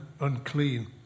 unclean